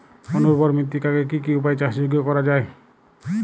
অনুর্বর মৃত্তিকাকে কি কি উপায়ে চাষযোগ্য করা যায়?